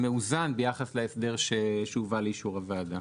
נוסח מאוזן ביחס להסדר שהובא לאישור הוועדה.